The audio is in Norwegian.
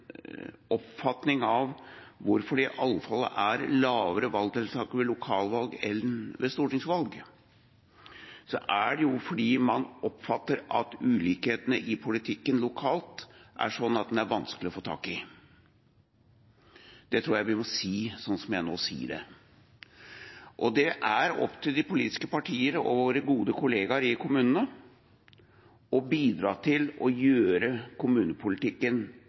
oppfatning av hvorfor det er lavere valgdeltakelse ved lokalvalg enn ved stortingsvalg, så er det fordi man oppfatter at det er vanskelig å få tak i ulikhetene i politikken lokalt. Det tror jeg vi må si, sånn som jeg nå sier det, og det er opp til de politiske partiene og våre gode kolleger i kommunene å bidra til å gjøre kommunepolitikken